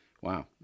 Wow